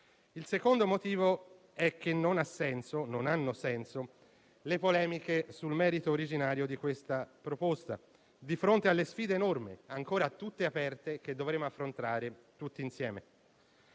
Il secondo motivo è che non hanno senso le polemiche sul merito originario di questa proposta di fronte alle sfide enormi, ancora tutte aperte, che dovremo affrontare insieme.